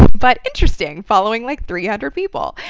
but interesting, following like three hundred people.